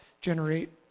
generate